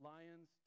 Lions